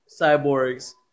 Cyborg's